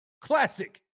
Classic